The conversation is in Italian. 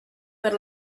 per